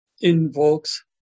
invokes